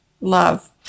love